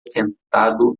sentado